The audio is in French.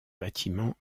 bâtiments